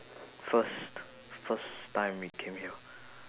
first first time we came here